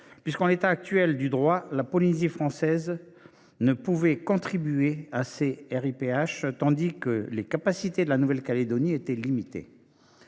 car, en l’état actuel du droit, la Polynésie française ne pouvait contribuer à ces RIPH, tandis qu’en ce domaine les possibilités de la Nouvelle Calédonie étaient limitées.